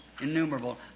innumerable